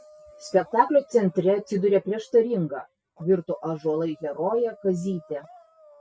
spektaklio centre atsiduria prieštaringa virto ąžuolai herojė kazytė